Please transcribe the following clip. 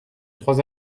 trois